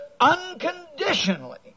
unconditionally